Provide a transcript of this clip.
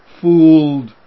Fooled